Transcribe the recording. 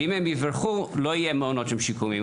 ואם הם יברחו לא יהיו מעונות יום שיקומיים,